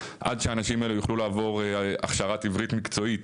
עד שהאנשים האלה יוכלו לעבור הכשרת עברית מקצועית,